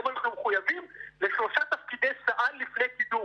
הם מחויבים לשלושה תפקידי סא"ל לפני קידום,